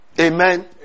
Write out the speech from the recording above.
Amen